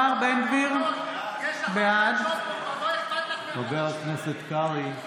חבר הכנסת קרעי,